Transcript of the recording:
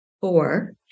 four